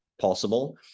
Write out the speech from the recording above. possible